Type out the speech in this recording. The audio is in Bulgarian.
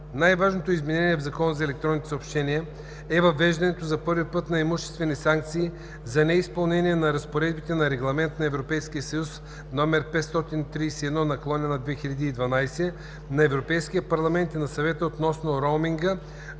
Най-важното изменение в Закона за електронните съобщения е въвеждането за първи път на имуществени санкции за неизпълнение на разпоредбите на Регламент (ЕС) № 531/2012 на Европейския парламент и на Съвета относно роуминга